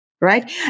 Right